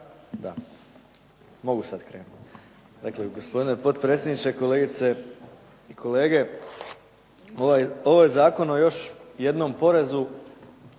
Mogu sad krenut? Dakle, gospodine potpredsjedniče, kolegice, kolege. Ovaj zakon o još jednom porezu